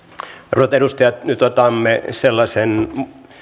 arvoisat edustajat nyt otamme sellaisen